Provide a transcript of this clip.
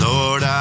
Lord